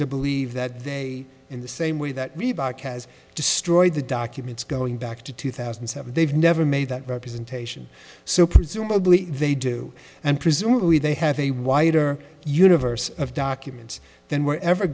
to believe that they in the same way that reebok has destroyed the documents going back to two thousand and seven they've never made that representation so presumably they do and presumably they have a wider universe of documents than we're ever